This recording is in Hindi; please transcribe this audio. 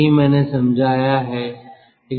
यही मैंने समझाया है